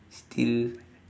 still